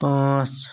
پانٛژھ